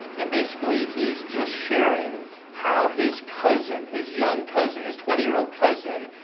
and basically he's just sharing how his cousin, his young cousin, his twenty year old cousin,